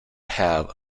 have